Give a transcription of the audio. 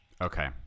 Okay